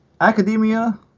Academia